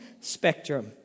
spectrum